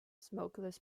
smokeless